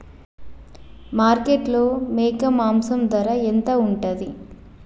మార్కెట్లో మేక మాంసం ధర ఎంత ఉంటది?